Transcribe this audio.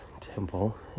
Temple